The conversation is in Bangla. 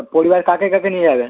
পরিবার কাকে কাকে নিয়ে যাবে